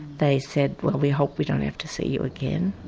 they said well we hope we don't have to see you again.